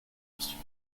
festival